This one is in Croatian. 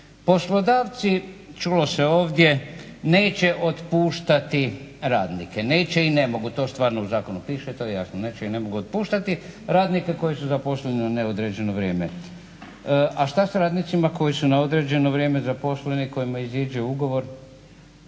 Poslodavci čulo se ovdje neće otpuštati radnike, neće i ne mogu. To stvarno u zakonu piše, to je jasno, neće i ne mogu otpuštati radnike koji su zaposleni na neodređeno vrijeme. A šta s radnicima koji su na određeno vrijeme zaposleni kojima iziđe ugovor?